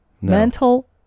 Mental